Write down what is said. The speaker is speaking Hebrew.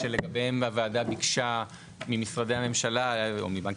או שלגביהם הוועדה ביקשה ממשרדי הממשלה/מבנק